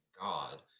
God